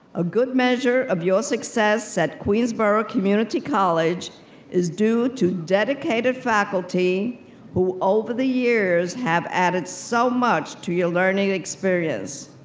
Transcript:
a good measure of your success at queensborough community college is due to dedicated faculty who over the years have added so much to your learning experience.